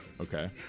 Okay